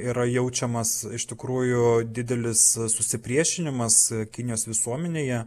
yra jaučiamas iš tikrųjų didelis susipriešinimas kinijos visuomenėje